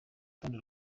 rutonde